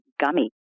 gummy